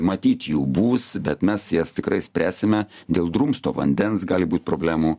matyt jų bus bet mes jas tikrai spręsime dėl drumsto vandens gali būt problemų